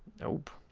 nope.